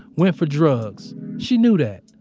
went for drugs. she knew that.